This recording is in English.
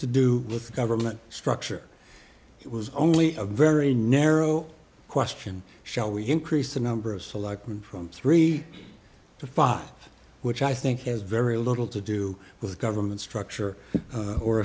to do with government structure it was only a very narrow question shall we increase the number of selectmen from three to five which i think has very little to do with government structure